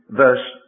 verse